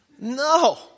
No